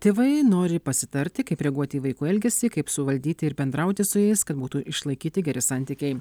tėvai nori pasitarti kaip reaguoti į vaikų elgesį kaip suvaldyti ir bendrauti su jais kad būtų išlaikyti geri santykiai